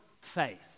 faith